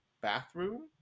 bathroom